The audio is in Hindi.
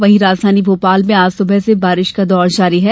वहीं राजधानी भोपाल में आज सुबह से बारिश का दौर जारी है